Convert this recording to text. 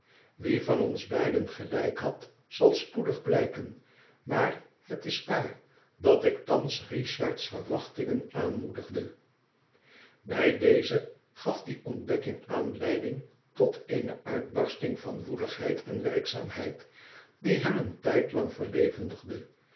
wie van ons beiden gelijk had zal spoedig blijken maar het is waar dat ik thans richard's verwachtingen aanmoedigde bij dezen gaf die ontdekking aanleiding tot eene uitbarsting van woeligheid en werkzaamheid die hem een tijdlang verlevendigde